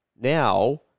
now